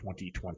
2020